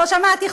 לא שמעתי,